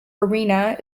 arena